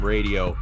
Radio